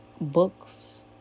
books